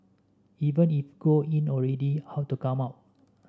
even if go in already how to come out